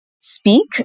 speak